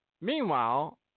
meanwhile